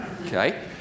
okay